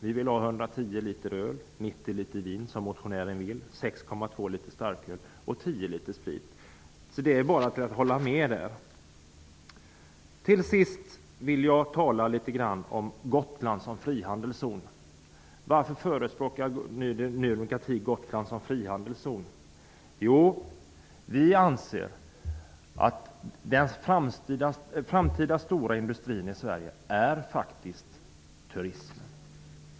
Vi vill att det skall tillåtas införsel av 110 liter öl, i enlighet med motionärens förslag 90 liter vin, 6,2 liter starköl och 10 liter sprit. Det är för oss bara att hålla med på den punkten. Vidare vill jag tala litet grand om Gotland som frihandelszon. Varför förespråkar Ny demokrati Gotland som frihandelszon? Vi anser att den framtida stora näringen i Sverige faktiskt är turismen.